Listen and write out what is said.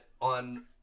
on